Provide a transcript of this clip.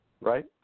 right